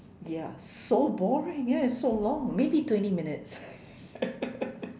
ya so boring yes so long maybe twenty minutes